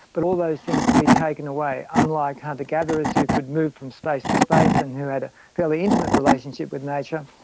but all those things can be taken away. unlike hunter gatherers who could move from space to space and had a fairly intimate relationship with nature,